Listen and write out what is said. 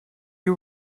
you